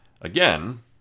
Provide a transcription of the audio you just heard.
Again